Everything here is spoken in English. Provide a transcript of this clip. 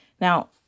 Now